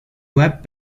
web